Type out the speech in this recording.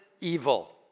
evil